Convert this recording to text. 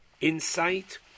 insight